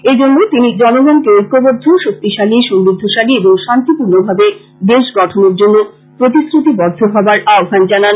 এজন্য তিনি জনগনকে ঐক্যবদ্ধ শক্তিশালী সমৃদ্ধশালী এবং শান্তিপূর্ণভাবে দেশ গঠনের জন্য প্রতিশ্রতিবদ্ধ হবার আহ্বান জানান